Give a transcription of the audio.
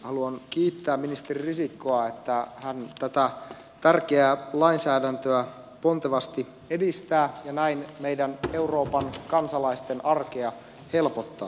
haluan kiittää ministeri risikkoa että hän tätä tärkeää lainsäädäntöä pontevasti edistää ja näin meidän euroopan kansalaisten arkea helpottaa